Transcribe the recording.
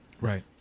Right